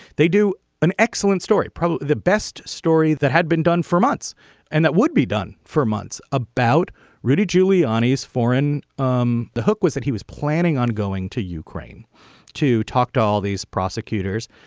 they do an excellent story. probably the best story that had been done for months and that would be done for months about rudy giuliani's foreign. um the hook was that he was planning on going to ukraine to talk to all these prosecutors.